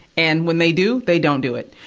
and, when they do, they don't do it.